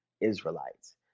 Israelites